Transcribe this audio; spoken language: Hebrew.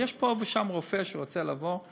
יש פה ושם רופא שרוצה לעבור,